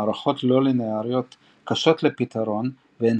מערכות לא ליניאריות קשות לפתרון והן